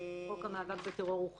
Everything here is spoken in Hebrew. חוק המאבק בטרור הוא חדש.